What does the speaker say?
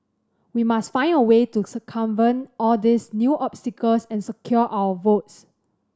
we must find a way to circumvent all these new obstacles and secure our votes